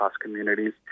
communities